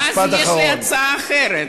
ואז יש לי הצעה אחרת.